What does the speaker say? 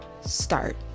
Start